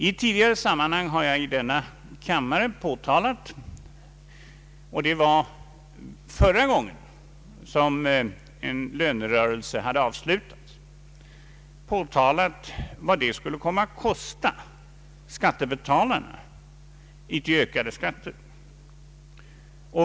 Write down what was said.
I ett tidigare sammanhang — det var förra gången som en lönerörelse hade avslutats — har jag i denna kammare påtalat vad lönehöjningarna = totalt skulle komma att kosta skattebetalarna i ökade skatter.